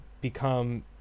become